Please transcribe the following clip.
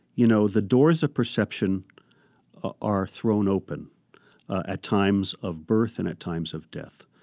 you know, the doors of perception are thrown open at times of birth and at times of death.